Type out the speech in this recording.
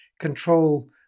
control